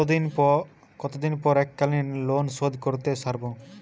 কতদিন পর এককালিন লোনশোধ করতে সারব?